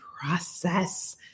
process